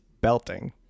belting